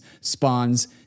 spawns